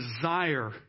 desire